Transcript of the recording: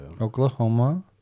Oklahoma